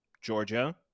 Georgia